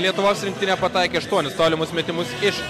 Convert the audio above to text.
lietuvos rinktinė pataikė aštuonis tolimus metimus iš